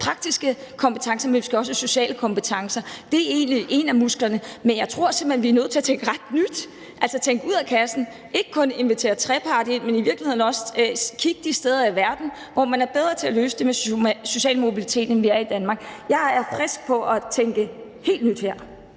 praktiske kompetencer, men man skal også have sociale kompetencer. Det er egentlig en af musklerne. Men jeg tror simpelt hen, at vi er nødt til at tænke ret nyt, altså tænke ud af boksen og ikke kun invitere til trepartsforhandling, men i virkeligheden også kigge mod de steder i verden, hvor man er bedre til at løse det med social mobilitet, end vi er i Danmark. Jeg er frisk på at tænke helt nyt her.